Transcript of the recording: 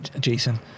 Jason